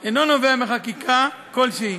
אינו נובע מחקיקה כלשהי,